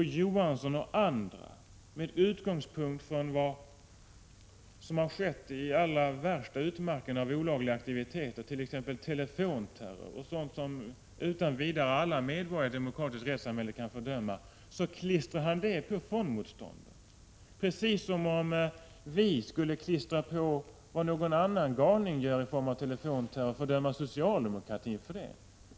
Å. Johansson och andra utgår från vad som har skett i de allra värsta utmarkerna av olagliga aktiviteter — t.ex. telefonterror och liknande som alla i ett demokratiskt rättssamhälle utan vidare kan fördöma — och så att säga klistrar dessa handlingar på fondmotståndarna, precis som om vi skulle klistra på socialdemokratin vad någon annan galning gör i form av telefonterror och fördöma den för det.